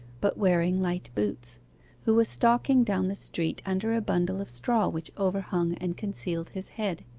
but wearing light boots who was stalking down the street under a bundle of straw which overhung and concealed his head.